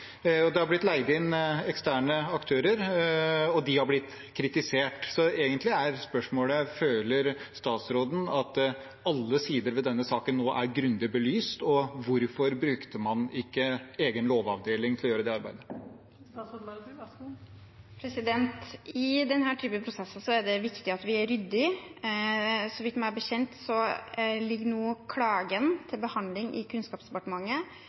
Det har blitt leid inn eksterne aktører, og de har blitt kritisert. Så egentlig er spørsmålet: Føler statsråden at alle sider ved denne saken nå er grundig belyst, og hvorfor brukte man ikke egen lovavdeling til å gjøre det arbeidet? I denne typen prosesser er det viktig at vi er ryddige. Så vidt jeg vet, ligger nå klagen til behandling i Kunnskapsdepartementet,